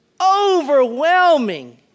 Overwhelming